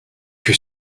que